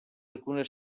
alcune